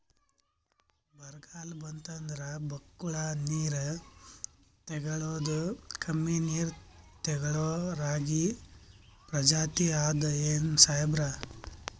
ಬರ್ಗಾಲ್ ಬಂತಂದ್ರ ಬಕ್ಕುಳ ನೀರ್ ತೆಗಳೋದೆ, ಕಮ್ಮಿ ನೀರ್ ತೆಗಳೋ ರಾಗಿ ಪ್ರಜಾತಿ ಆದ್ ಏನ್ರಿ ಸಾಹೇಬ್ರ?